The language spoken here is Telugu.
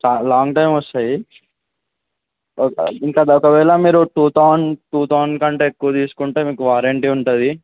చా లాంగ్ టైం వస్తాయి ఒక ఇంకా ఒకవేళ మీరు టూ థౌసండ్ టూ తౌసండ్ కంటే ఎక్కువ తీసుకుంటే మీకు వారంటీ ఉంటుంది